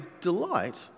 delight